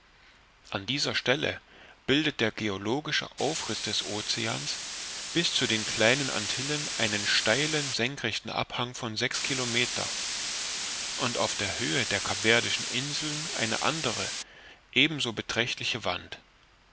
an dieser stelle bildet der geologische aufriß des oceans bis zu den kleinen antillen einen steilen senkrechten abhang von sechs kilometer und auf der höhe der capverdischen inseln eine andere ebenso beträchtliche wand